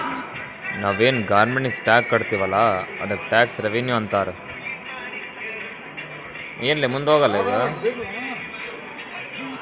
ನಾವು ಏನ್ ಗೌರ್ಮೆಂಟ್ಗ್ ಟ್ಯಾಕ್ಸ್ ಕಟ್ತಿವ್ ಅಲ್ಲ ಅದ್ದುಕ್ ಟ್ಯಾಕ್ಸ್ ರೆವಿನ್ಯೂ ಅಂತಾರ್